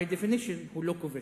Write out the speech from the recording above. by definition הוא לא כובש.